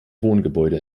wohngebäude